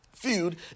Feud